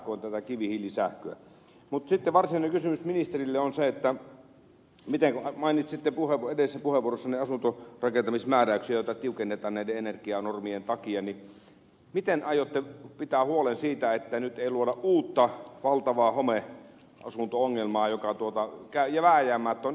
mutta sitten varsinainen kysymys ministerille on se kun mainitsitte edellisessä puheenvuorossanne asuntorakentamismääräyksiä joita tiukennetaan energianormien takia niin miten aiotte pitää huolen siitä että nyt ei luoda uutta valtavaa homeasunto ongelmaa joka vääjäämättä on edessä